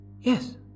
Yes